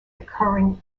occurring